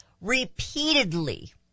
repeatedly